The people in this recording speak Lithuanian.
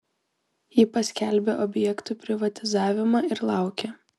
ji paskelbia objektų privatizavimą ir laukia